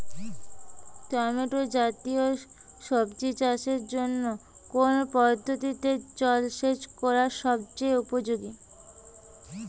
Tomato জাতীয় সবজি চাষের জন্য কোন পদ্ধতিতে জলসেচ করা সবচেয়ে উপযোগী?